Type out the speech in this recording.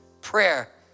Prayer